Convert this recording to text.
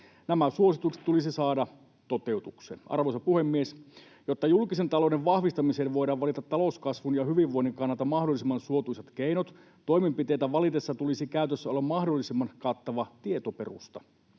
Nämä suositukset tulisi saada toteutukseen. Arvoisa puhemies! Jotta julkisen talouden vahvistamiseen voidaan valita talouskasvun ja hyvinvoinnin kannalta mahdollisimman suotuisat keinot, toimenpiteitä valitessa tulisi käytössä olla mahdollisimman kattava tietoperusta.